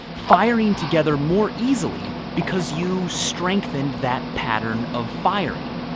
firing together more easily because you strengthen that pattern of firing.